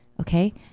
okay